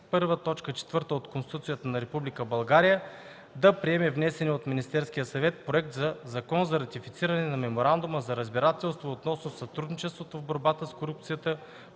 т. 4 от Конституцията на Република България, да приеме внесения от Министерския съвет проект за Закон за ратифициране на Меморандума за разбирателство относно сътрудничеството в борбата с корупцията